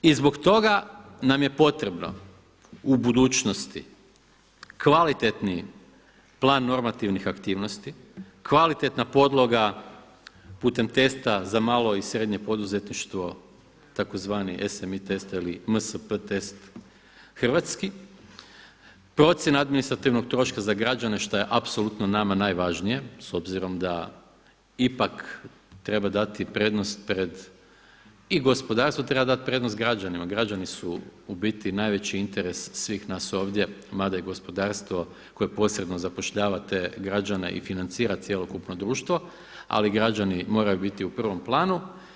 I zbog toga nam je potrebno u budućnosti kvalitetni plan normativnih aktivnosti, kvalitetna podloga putem testa za malo i srednje poduzetništvo, tzv. MSPT test hrvatski, procjena administrativnog troška za građane šta je apsolutno nama najvažnije s obzirom da ipak treba dati prednost prema i gospodarstvom, treba dati prednost građanima, građani su u biti najveći interes svih nas ovdje, mada i gospodarstvo koje posredno zapošljava te građane i financira cjelokupno društvo ali građani moraju biti u prvom planu.